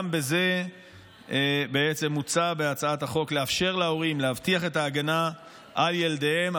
גם בזה בעצם מוצע בהצעת החוק לאפשר להורים להבטיח את ההגנה על ילדיהם,